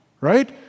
right